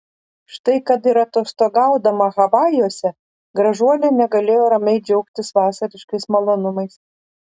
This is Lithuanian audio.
štai kad ir atostogaudama havajuose gražuolė negalėjo ramiai džiaugtis vasariškais malonumais